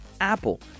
Apple